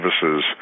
services